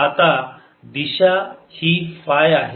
आता दिशा ही फाय आहे